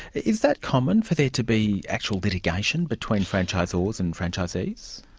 is that common, for there to be actual litigation between franchisors and franchisees?